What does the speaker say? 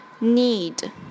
Need